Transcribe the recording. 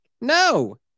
No